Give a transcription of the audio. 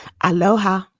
Aloha